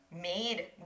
made